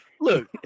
Look